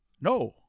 No